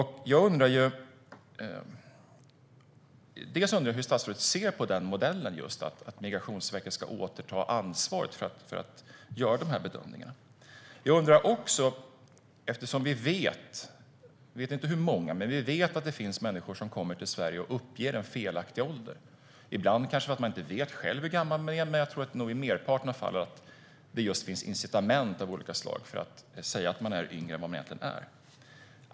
Hur ser statsrådet på modellen att Migrationsverket ska återta ansvaret för att göra dessa bedömningar? Vi vet inte hur många, men vi vet att det finns människor som kommer till Sverige och uppger en felaktig ålder. Ibland kan det vara för att de inte vet själva hur gamla de är, men jag tror att det i merparten av fallen finns incitament av olika slag för dem att säga att de är yngre än vad de egentligen är.